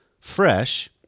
fresh